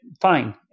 fine